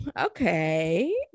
Okay